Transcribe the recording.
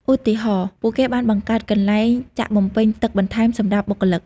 ឧទាហរណ៍ ពួកគេបានបង្កើតកន្លែងចាក់បំពេញទឹកបន្ថែមសម្រាប់បុគ្គលិក។